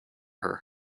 her